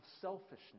selfishness